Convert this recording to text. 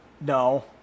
No